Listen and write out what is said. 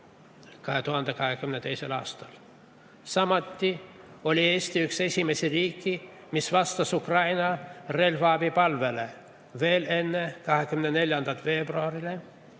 2022. aastal. Samuti oli Eesti üks esimesi riike, mis vastas Ukraina relvaabipalvele veel enne 24. veebruari.